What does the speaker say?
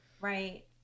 right